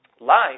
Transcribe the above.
Life